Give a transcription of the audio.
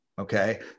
Okay